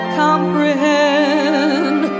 comprehend